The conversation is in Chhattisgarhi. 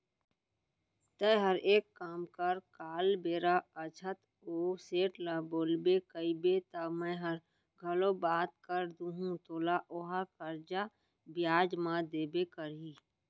तैंहर एक काम कर काल बेरा आछत ओ सेठ ल बोलबे कइबे त मैंहर घलौ बात कर दूहूं तोला ओहा करजा बियाज म देबे करही